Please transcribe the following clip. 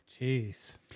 Jeez